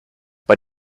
but